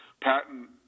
patent